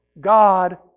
God